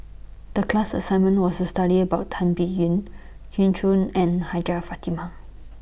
The class assignment was study about Tan Biyun Kin Chun and Hajjah Fatimah